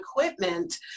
equipment